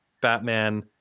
Batman